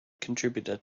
contributor